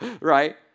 right